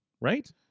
Right